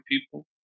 people